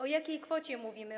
O jakiej kwocie mówimy?